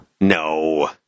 no